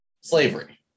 Slavery